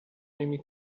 نمی